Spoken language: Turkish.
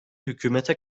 hükümete